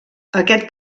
aquest